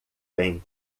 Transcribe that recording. bem